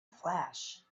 flash